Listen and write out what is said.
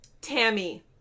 Tammy